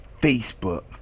Facebook